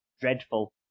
dreadful